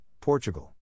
Portugal